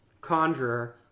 Conjurer